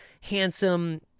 handsome